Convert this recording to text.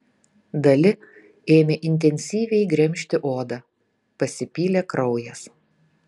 dali ėmė intensyviai gremžti odą pasipylė kraujas